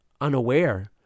unaware